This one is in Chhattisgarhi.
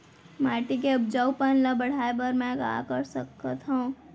माटी के उपजाऊपन ल बढ़ाय बर मैं का कर सकथव?